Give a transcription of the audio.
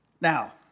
Now